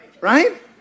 Right